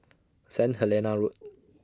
Saint Helena Road